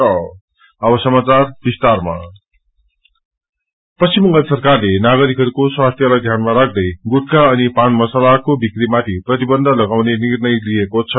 गुटखा banned Paschim Bangal सरकारले नागरिकहरूको स्वास्थ्यलाई ध्यानमा राख्दै गुटखा अनि पान मसालको बिक्रीमाथि प्रतिबन्ध लगाउने निर्णय लिएको छ